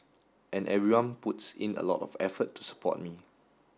and everyone puts in a lot of effort to support me